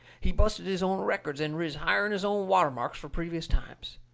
he busted his own records and riz higher'n his own water marks for previous times.